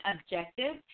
objective